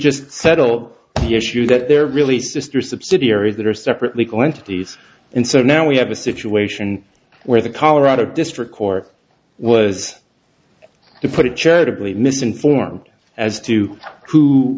just settled the issue that there really sr subsidiary that are separate legal entities and so now we have a situation where the colorado district court was to put it charitably misinformed as to who